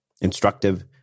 instructive